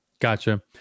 gotcha